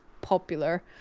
popular